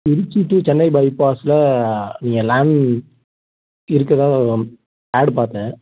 Trichy to Chennai பைப்பாஸில் நீங்கள் land இருக்கிறதா ஆட் பார்த்தேன்